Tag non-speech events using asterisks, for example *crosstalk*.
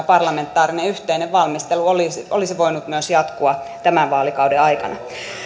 *unintelligible* parlamentaarinen yhteinen valmistelu olisi olisi voinut myös jatkua tämän vaalikauden aikana